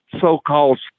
so-called